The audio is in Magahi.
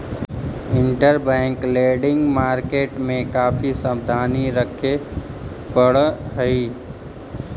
इंटरबैंक लेंडिंग मार्केट में काफी सावधानी रखे पड़ऽ हई